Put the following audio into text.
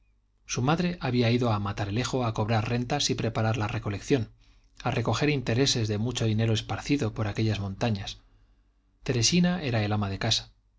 su madre había ido a matalerejo a cobrar rentas y preparar la recolección a recoger intereses de mucho dinero esparcido por aquellas montañas teresina era el ama de casa